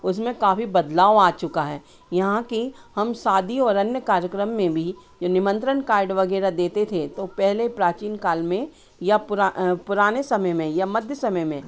उसमें काफी बदलाव आ चुका है यहाँ कि हम शादी और अन्य कार्यक्रम में भी जो निमंत्रण कार्ड वग़ैरह देते थे तो पहले प्राचीन काल में या पुरा पुराने समय में या मध्य समय में